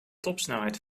topsnelheid